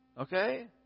Okay